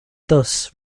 thus